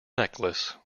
necklace